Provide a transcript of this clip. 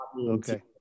Okay